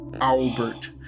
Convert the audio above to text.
Albert